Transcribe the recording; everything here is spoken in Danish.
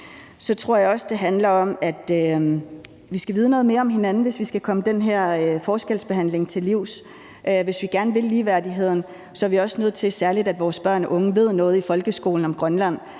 Så tror jeg også, det handler om, at vi skal vide noget mere om hinanden, hvis vi skal komme den her forskelsbehandling til livs. Hvis vi gerne vil ligeværdigheden, er vi også nødt til at sørge for, at vores børn og unge får en viden om Grønland